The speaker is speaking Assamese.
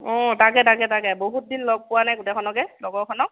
অঁ তাকে তাকে তাকে বহুত দিন লগ পোৱা নাই গোটেইখনকে লগৰখনক